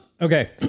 Okay